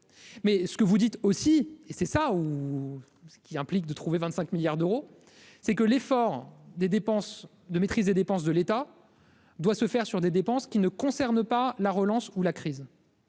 Mais ce que vous dites aussi et c'est ça ou, ce qui implique de trouver 25 milliards d'euros, c'est que l'effort des dépenses de maîtrise des dépenses de l'État doit se faire sur des dépenses qui ne concerne pas la relance ou la crise